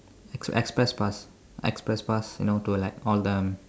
express pass express pass you know to like all the